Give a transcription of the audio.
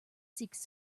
seeks